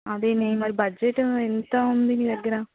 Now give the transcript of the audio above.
అదే మరి బడ్జెట్ ఎంత ఉంది నీ దగ్గర